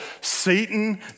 Satan